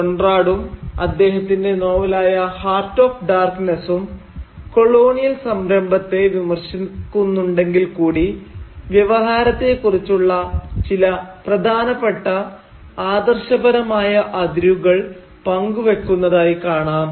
കോൺറാടും അദ്ദേഹത്തിന്റെ നോവലായ 'heart of ഡാർക്ക്നസ്സും' കൊളോണിയൽ സംരംഭത്തെ വിമർശിക്കുന്നുണ്ടെങ്കിൽ കൂടി വ്യവഹാരത്തെ കുറിച്ചുള്ള ചില പ്രധാനപ്പെട്ട ആദർശപരമായ അതിരുകൾ പങ്കുവയ്ക്കുന്നതായി കാണാം